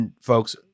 folks